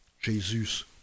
Jesus